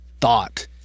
thought